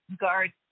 guard